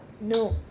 No